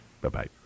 Bye-bye